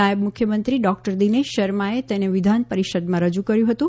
નાયબ મુખ્યમંત્રી ડોકટર દીનેશ શર્માએ તેને વિધાનપરિષદમાં રજૂ કર્યું હતું